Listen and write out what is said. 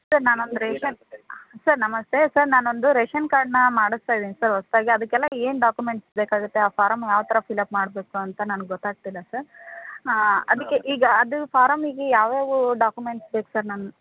sir ನಾನೊಂದು ration sir ನಮಸ್ತೆ sir ನಾನೊಂದು ರೇಷನ್ ಕಾರ್ಡ್ನ್ನು ಮಾಡಿಸ್ತಾ ಇದೀನಿ ಸರ್ ಹೊಸ್ದಾಗಿ ಅದಕ್ಕೆಲ್ಲ ಏನು ಡಾಕುಮೆಂಟ್ಸ್ ಬೇಕಾಗುತ್ತೆ ಆ ಫಾರಮ್ ಯಾವ ಥರ ಫಿಲಪ್ ಮಾಡಬೇಕು ಅಂತ ನನಗೆ ಗೊತ್ತಾಗ್ತಿಲ್ಲ ಸರ್ ಅದಕ್ಕೆ ಈಗ ಅದು ಫಾರಮ್ಮಿಗೆ ಯಾವ್ಯಾವ ಡಾಕುಮೆಂಟ್ಸ್ ಬೇಕು ಸರ್ ನನ್ನ